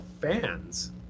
fans